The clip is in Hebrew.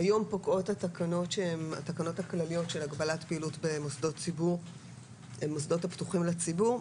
היום פוקעות התקנות הכלליות של הגבלת פעילות במוסדות הפתוחים לציבור,